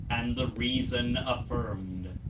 and the reason affirmed.